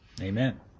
Amen